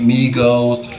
Migos